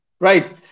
Right